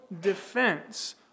defense